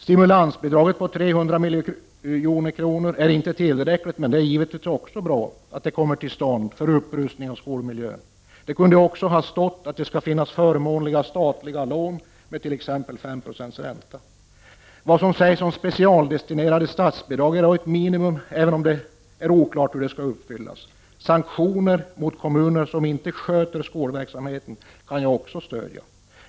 Stimulansbidraget på 300 milj.kr. är inte tillräckligt, men det är givetvis bra att det kommer till stånd för upprustning av skolmiljön. Det kunde också ha framgått att det skall finnas förmånliga statliga lån med t.ex. 5 Yo ränta. Vad som sägs om specialdestinerade statsbidrag är ett minimum, även om det är oklart hur detta löfte skall uppfyllas. Sanktioner mot kommuner som inte sköter skolverksamheten kan jag också stödja.